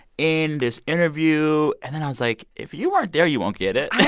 in this interview. and then i was like, if you weren't there, you won't get it